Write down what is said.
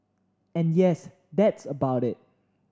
and yes that's about it